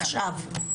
עכשיו.